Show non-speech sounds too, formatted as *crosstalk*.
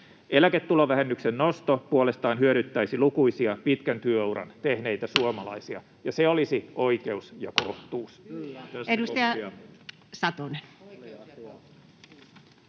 Eläketulovähennyksen nosto puolestaan hyödyttäisi lukuisia pitkän työuran tehneitä suomalaisia, *noise* ja se olisi oikeus ja kohtuus.